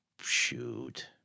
Shoot